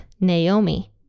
Naomi